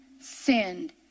sinned